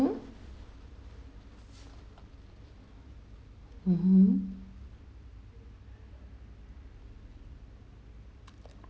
mmhmm